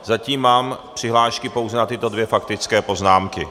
Zatím mám přihlášky pouze na tyto dvě faktické poznámky.